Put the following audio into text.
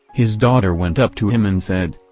his daughter went up to him and said,